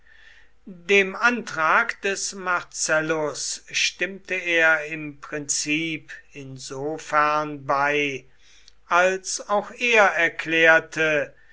dem antrag des marcellus stimmte er im prinzip insofern bei als auch er erklärte